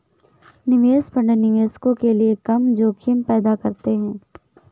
निवेश फंड निवेशकों के लिए कम जोखिम पैदा करते हैं